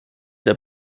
der